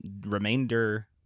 remainder